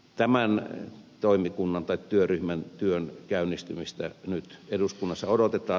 tämän työryhmän työn käynnistymistä nyt eduskunnassa odotetaan